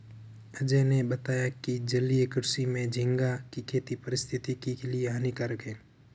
अजय ने बताया कि जलीय कृषि में झींगा की खेती पारिस्थितिकी के लिए लाभदायक है